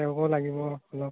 তেওঁকো লাগিব অলপ